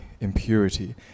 impurity